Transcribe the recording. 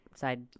side